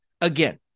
again